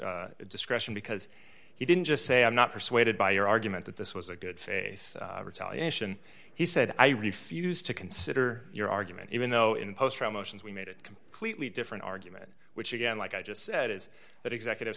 district discretion because he didn't just say i'm not persuaded by your argument that this was a good face retaliation he said i refused to consider your argument even though in a post from oceans we made a completely different argument which again like i just said is that executive